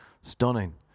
Stunning